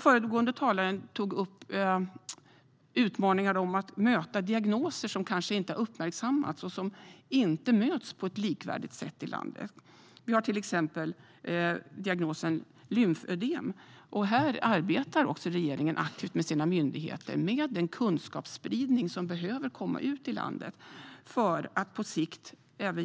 Föregående talare tog upp utmaningar med att möta diagnoser som kanske inte har uppmärksammats och som inte möts på ett likvärdigt sätt i landet, till exempel diagnosen lymfödem. Här arbetar regeringen aktivt tillsammans med sina myndigheter med den kunskapsspridning som behöver komma ut i landet för att på sikt skapa